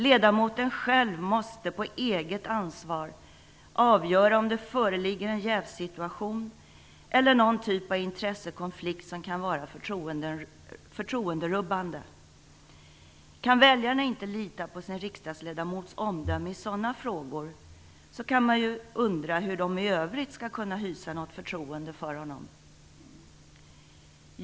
Ledamoten själv måste på eget ansvar avgöra om det föreligger en jävssituation eller någon typ av intressekonflikt som kan vara förtroenderubbande. Kan väljarna inte lita på sin riksdagsledamots omdöme i sådana frågor kan man undra hur de i övrigt skall kunna hysa något förtroende för honom.